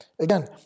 again